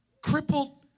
crippled